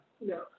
No